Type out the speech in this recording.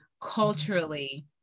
culturally